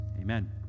amen